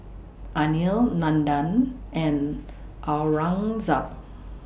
Anil Nandan and Aurangzeb